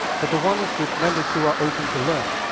but the ones with members who are open to learn,